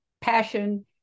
passion